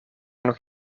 nog